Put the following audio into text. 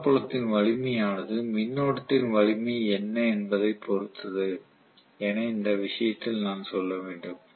காந்தப்புலத்தின் வலிமையானது மின்னோட்டத்தின் வலிமை என்ன என்பதைப் பொறுத்தது என இந்த விஷயத்தில் நான் சொல்ல வேண்டும்